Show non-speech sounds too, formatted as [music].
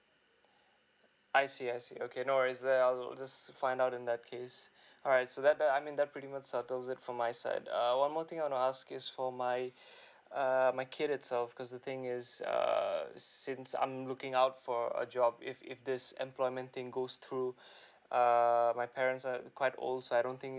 I see I see okay no worries then I'll just find out in that case alright so that that I mean that pretty much settles that from my side err one more thing I want to ask is for my [breath] err my kid itself cause the thing is err since I'm looking out for a job if if this employment thing goes through err my parents are quite old so I don't think